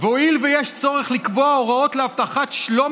"והואיל ויש צורך לקבוע הוראות להבטחת שלום